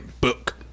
book